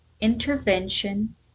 intervention